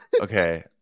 Okay